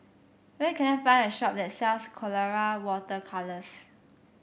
where can I find a shop that sells Colora Water Colours